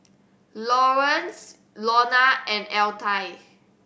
Lawerence Lonna and Altie